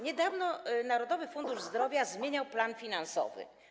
Niedawno Narodowy Fundusz Zdrowia zmieniał plan finansowy.